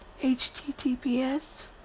https